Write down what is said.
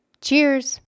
cheers